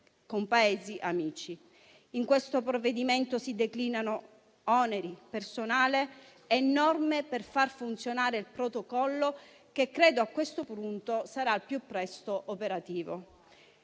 con Paese amici. In questo provvedimento si declinano oneri, personale e norme per far funzionare il Protocollo che credo, a questo punto, sarà al più presto operativo.